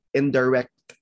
indirect